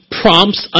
prompts